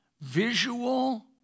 visual